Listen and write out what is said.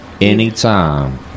anytime